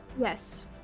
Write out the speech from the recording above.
Yes